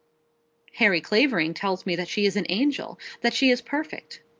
harry clavering tells me that she is an angel that she is perfect.